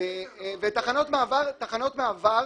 בחרנו להתאגד תחת התאחדות התעשיינים.